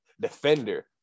defender